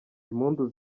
impundu